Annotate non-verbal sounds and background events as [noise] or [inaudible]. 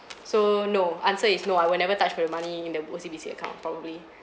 [noise] so no answer is no I will never touch my money in the O_C_B_C account probably [breath]